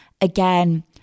again